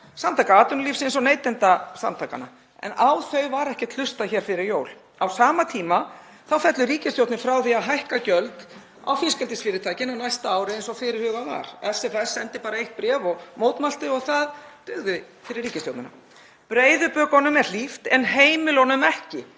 Samtaka atvinnulífsins og Neytendasamtakanna en á þau var ekkert hlustað hér fyrir jól. Á sama tíma þá fellur ríkisstjórnin frá því að hækka gjöld á fiskeldisfyrirtækin á næsta ári eins og fyrirhugað var. SFS sendi bara eitt bréf og mótmælti og það dugði fyrir ríkisstjórnina. Breiðu bökunum er hlíft en heimilunum ekki.